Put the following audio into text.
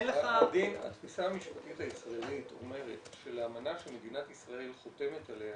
התפיסה המשפטית הישראלית אומרת שלאמנה שמדינת ישראל חותמת עליה